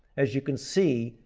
as you can see,